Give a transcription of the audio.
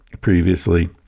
previously